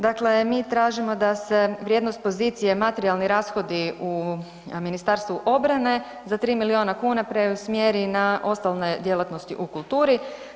Dakle, mi tražimo da se vrijednost pozicije „Materijalni rashodi“ u Ministarstvu obrane za 3 milijuna kuna preusmjeri na ostale djelatnosti u kulturi.